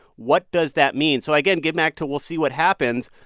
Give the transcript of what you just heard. what does that mean? so, again, getting back to we'll see what happens,